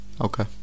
Okay